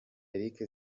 eric